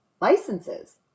licenses